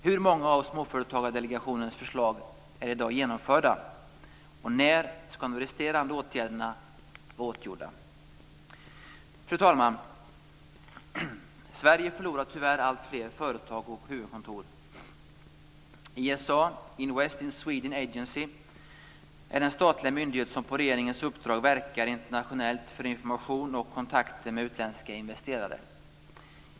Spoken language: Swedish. Hur många av Småföretagsdelegationens förslag är i dag genomförda och när ska resterande åtgärder vara åtgjorda? Fru talman! Sverige förlorar tyvärr alltfler företag och huvudkontor. ISA, Invest in Sweden Agency, är den statliga myndighet som på regeringens uppdrag verkar internationellt för information och kontakter med utländska investerare.